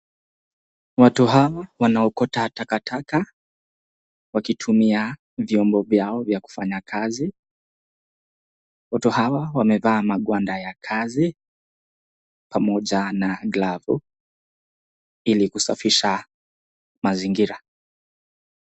Watu hawa wanaokota takataka wakitumia viombo vyao vya kufanya kazi watu hawa wamevaa magwanda ya kazi pamoja na glavu ili kusafisha mazingira